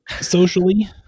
socially